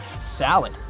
Salad